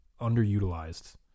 underutilized